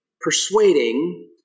persuading